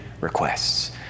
requests